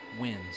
wins